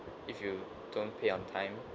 if you don't pay on time